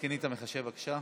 תעדכני את המחשב, בבקשה.